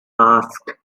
asked